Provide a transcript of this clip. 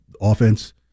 offense